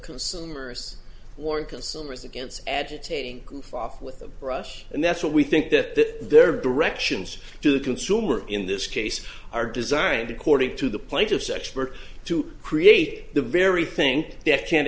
consumers or consumers against agitating goof off with a brush and that's what we think that their directions to the consumer in this case are designed according to the place of such work to create the very thing that can